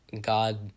God